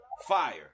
fire